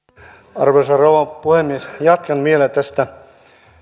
arvoisa rouva puhemies jatkan vielä tästä